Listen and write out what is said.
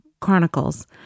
Chronicles